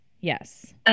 Yes